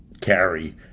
carry